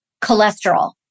cholesterol